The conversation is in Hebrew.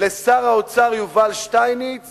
לשר האוצר יובל שטייניץ